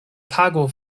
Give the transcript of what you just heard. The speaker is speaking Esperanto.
tago